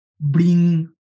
bring